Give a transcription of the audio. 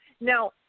Now